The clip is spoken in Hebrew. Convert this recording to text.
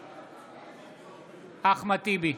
טיבי,